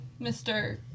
Mr